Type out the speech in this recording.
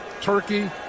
turkey